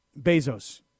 Bezos